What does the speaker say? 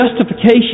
justification